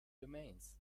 domains